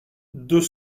deux